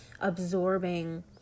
absorbing